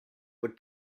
would